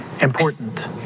important